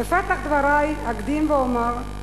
בפתח דברי אקדים ואומר,